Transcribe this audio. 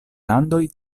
landoj